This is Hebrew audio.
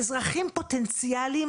הזכויות שמגיעות להם מבחינת הביטוח הלאומי.